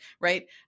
right